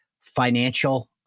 financial